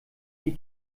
die